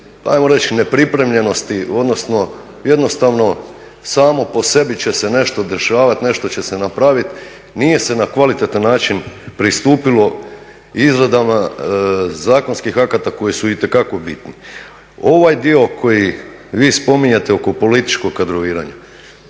ajmo reći nepripremljenosti odnosno jednostavno samo po sebi će se nešto dešavati, nešto će se napraviti. Nije se na kvalitetan način pristupilo izradama zakonskih akata koji su itekako bitni. Ovaj dio koji vi spominjete oko političkog kadroviranja,